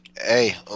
Hey